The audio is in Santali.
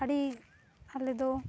ᱟᱹᱰᱤ ᱟᱞᱮᱫᱚ